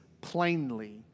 plainly